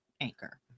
Anchor